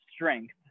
Strength